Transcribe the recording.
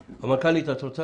המנכ"לית, את רוצה